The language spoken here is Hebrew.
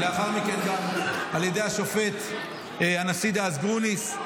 ולאחר מכן גם על ידי הנשיא דאז גרוניס,